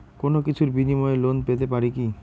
কোনো কিছুর বিনিময়ে লোন পেতে পারি কি?